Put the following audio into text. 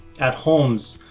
at homes.